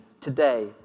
today